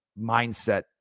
mindset